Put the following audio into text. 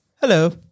Hello